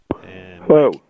Hello